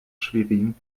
schwerin